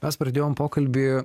mes pradėjom pokalbį